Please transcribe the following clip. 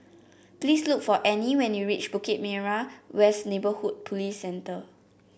please look for Anne when you reach Bukit Merah West Neighbourhood Police Centre